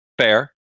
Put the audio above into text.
Fair